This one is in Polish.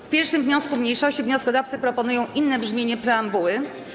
W 1. wniosku mniejszości wnioskodawcy proponują inne brzmienie preambuły.